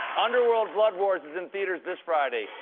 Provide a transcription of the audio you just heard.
underworld blood wars is in theaters this friday.